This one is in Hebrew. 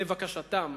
לבקשתם,